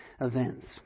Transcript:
events